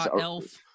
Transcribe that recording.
elf